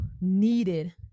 needed